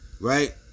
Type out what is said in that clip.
Right